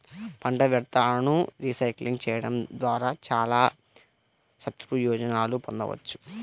పంట వ్యర్థాలను రీసైక్లింగ్ చేయడం ద్వారా చాలా సత్ప్రయోజనాలను పొందవచ్చు